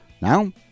now